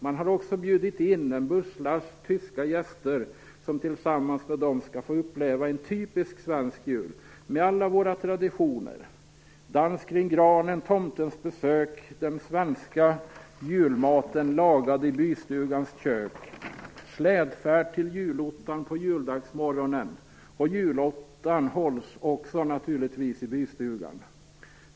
Man har också bjudit in en busslast tyska gäster, som tillsammans med byborna skall få uppleva en typisk svensk jul, med alla våra traditioner: dans kring granen, tomtens besök, den svenska julmaten lagad i bystugans kök, slädfärd till julottan på juldagsmorgonen - också julottan hålls naturligtvis i bystugan.